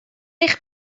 eich